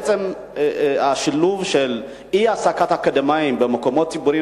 השילוב של אי-העסקת אקדמאים במקומות ציבוריים